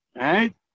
Right